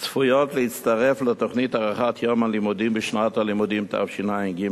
צפויות להצטרף לתוכנית הארכת יום הלימודים בשנת הלימודים תשע"ג.